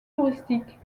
touristique